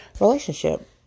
relationship